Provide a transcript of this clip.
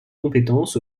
compétences